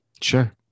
Sure